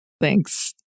Thanks